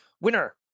winner